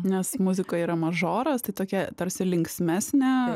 nes muzikoj yra mažoras tai tokia tarsi linksmesnė